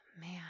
man